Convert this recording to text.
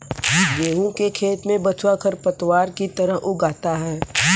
गेहूँ के खेत में बथुआ खरपतवार की तरह उग आता है